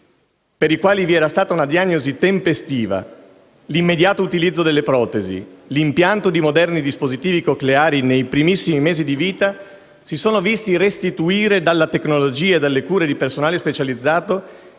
per i quali vi era stata una diagnosi tempestiva, l'immediato utilizzo delle protesi, l'impianto di moderni dispositivi cocleari nei primissimi mesi di vita, si sono visti restituire dalla tecnologia e dalle cure di personale specializzato,